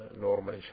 normal